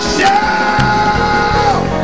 Shout